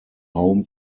home